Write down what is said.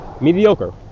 Mediocre